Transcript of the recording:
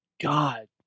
God